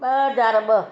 ॿ हज़ार ॿ